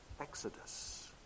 Exodus